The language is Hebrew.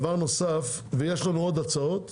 ויש לנו עוד הצעות.